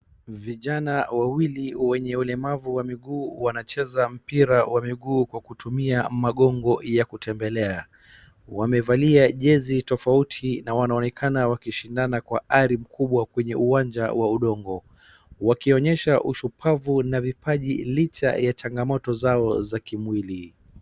Vijana wawili wenye ulemavu wa miguu wanacheza mpira wa miguu kitumia magogo ya kutembelea. Wamevalia jezi tofauti na wanaonekana wakishindana harim kubwa kwa uwanja wa udongo. Wakionyesha ushupavu na vipanji licha ya changamoto zao za kimwili.